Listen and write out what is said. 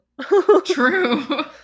True